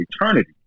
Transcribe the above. eternity